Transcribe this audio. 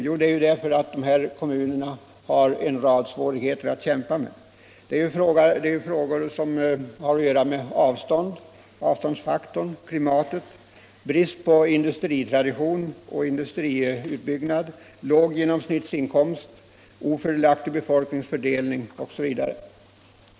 Jo, därför att dessa kommuner har en rad svårigheter att kämpa med — avståndsfaktorn, klimatet, brist på industritradition och industriutbyggnad, låg genomsnittsinkomst, ofördelaktig befolkningsfördelning osv.